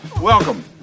Welcome